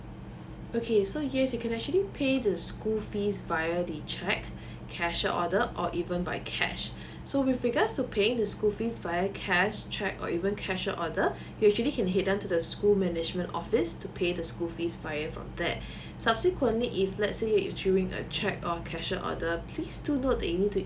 okay so yes you can actually pay the school fees via the cheque cashier order or even by cash so with regards to paying the school fees via cash check or even cashier order you actually can head down to the school management office to pay the school fees from there subsequently if let's say if during a check or cashier order please do note that